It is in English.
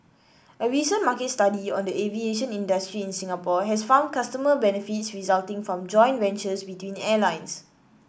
a recent market study on the aviation industry in Singapore has found consumer benefits resulting from joint ventures between airlines